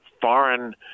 foreign